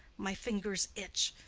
my fingers itch.